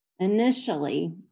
Initially